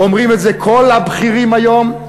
אומרים את זה כל הבכירים היום.